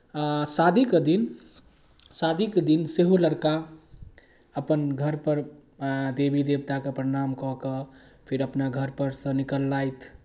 शादीके दिन शादीके दिन सेहो लड़का अपन घरपर देवी देवताकेँ प्रणाम कऽ कऽ फिर अपना घरपर सँ निकललथि